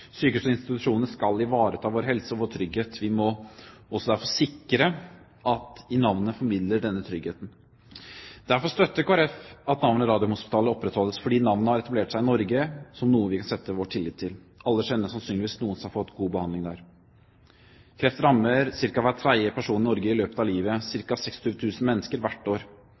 skal ivareta vår helse og vår trygghet. Vi må derfor sikre at navnet formidler denne tryggheten. Derfor støtter Kristelig Folkeparti at navnet «Radiumhospitalet» opprettholdes, fordi navnet har etablert seg i Norge som noe vi setter vår lit til. Alle kjenner sannsynligvis noen som har fått god behandling der. Kreft rammer ca. hver tredje person i Norge i løpet av livet, ca. 26 000 mennesker hvert år.